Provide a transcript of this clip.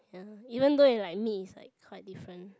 ya even though if like meet it's like quite different